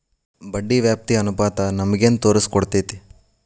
ಬಡ್ಡಿ ವ್ಯಾಪ್ತಿ ಅನುಪಾತ ನಮಗೇನ್ ತೊರಸ್ಕೊಡ್ತೇತಿ?